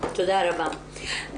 תודה רבה.